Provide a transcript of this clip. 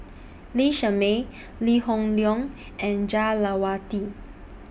Lee Shermay Lee Hoon Leong and Jah Lelawati